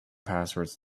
passwords